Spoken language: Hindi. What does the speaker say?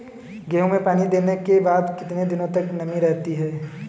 गेहूँ में पानी देने के बाद कितने दिनो तक नमी रहती है?